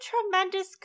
tremendous